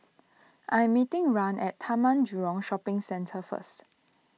I am meeting Rahn at Taman Jurong Shopping Centre first